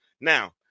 now